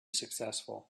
successful